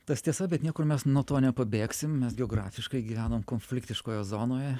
tas tiesa bet niekur mes nuo to nepabėgsim mes geografiškai gyvenom konfliktiškoje zonoje